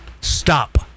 stop